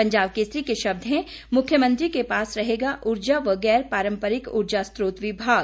पंजाब केसरी के शब्द है मुख्यमंत्री के पास रहेगा उर्जा व गैर पारंपरिक उर्जा स्त्रोत विभाग